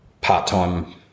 part-time